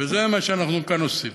זה מה שאנחנו כאן עושים.